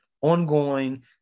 ongoing